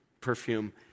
perfume